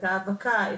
את האבקה,